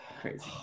Crazy